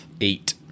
eight